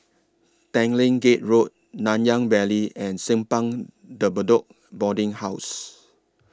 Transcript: Tanglin Gate Road Nanyang Valley and Simpang De Bedok Boarding House